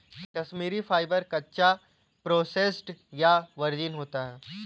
Kashmiri fibre, कच्चा, processed या virgin होता है